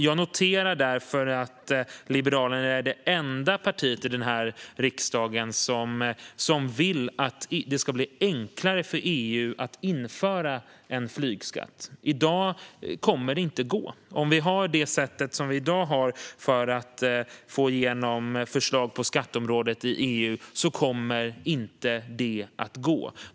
Jag noterar därför att Liberalerna är det enda parti i denna riksdag som vill att det ska bli enklare för EU att införa en flygskatt. I dag kommer det inte att gå. Om vi har det sätt som vi i dag har att få igenom förslag på skatteområdet i EU kommer det inte att gå.